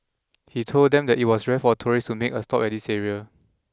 he told them that it was rare for tourists to make a stop at this area